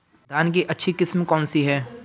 धान की अच्छी किस्म कौन सी है?